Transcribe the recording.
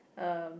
um